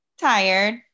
Tired